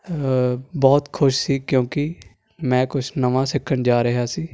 ਬਹੁਤ ਖੁਸ਼ ਸੀ ਕਿਉਂਕਿ ਮੈਂ ਕੁਛ ਨਵਾਂ ਸਿੱਖਣ ਜਾ ਰਿਹਾ ਸੀ